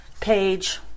page